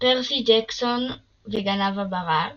פרסי ג'קסון וגנב הברק